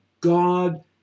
God